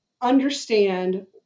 understand